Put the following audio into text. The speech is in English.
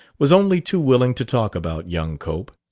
was only too willing to talk about young cope.